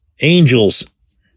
Angels